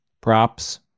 props